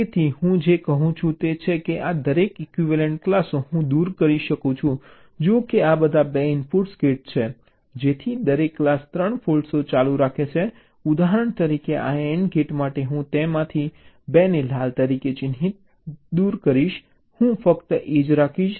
તેથી હું જે કહું છું તે એ છે કે આ દરેક ઇક્વિવેલન્ટ ક્લાસો હું દૂર કરીશ જુઓ કે આ બધા ૨ ઇનપુટ્સ ગેટ છે તેથી દરેક ક્લાસ ૩ ફૉલ્ટો ચાલુ રાખે છે ઉદાહરણ તરીકે આ AND ગેટ માટે હું તેમાંથી 2 ને લાલ તરીકે ચિહ્નિત દૂર કરીશ હું ફક્ત એક જ રાખીશ